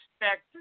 expect